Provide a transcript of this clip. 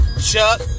Chuck